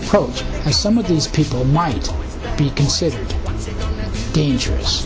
approach as some of these people might be considered dangerous